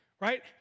right